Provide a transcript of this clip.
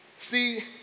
See